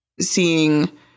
seeing